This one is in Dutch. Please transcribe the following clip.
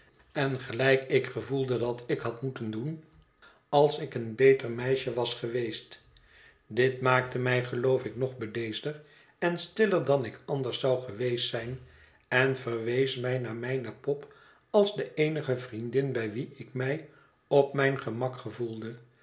en gelijk ik gevoelde dat ik had esthes kindsheid moeten doen als ik een beter meisje was geweest dit maakte mij geloof ik nog bedeesder en stiller dan ik anders zou geweest zijn en verwees mij naar mijne pop als de eenige vriendin bij wie ik mij op mijn gemak gevoelde